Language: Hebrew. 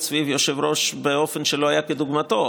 סביב היושב-ראש באופן שלא היה כדוגמתו,